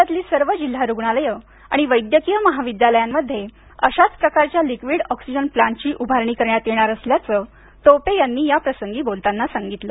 राज्यातली सर्व जिल्हा रुग्णालयं आणि वैद्यकीय महाविद्यालयांमध्ये अशाच प्रकारच्या लिक्विड ऑक्सिजन प्लॉंटची उभारणी करण्यात येणार असल्याचं टोपे यांनी याप्रसंगी बोलताना सांगितलं